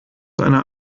einer